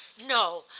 no,